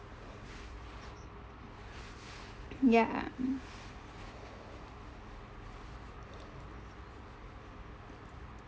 ya